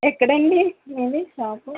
ఎక్కడండి మీది షాపు